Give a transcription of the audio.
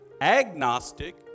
Agnostic